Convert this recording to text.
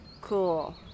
Cool